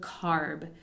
carb